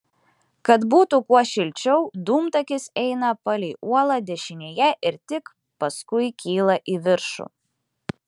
kad būtų kuo šilčiau dūmtakis eina palei uolą dešinėje ir tik paskui kyla į viršų